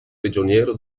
prigioniero